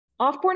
offboarding